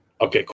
Okay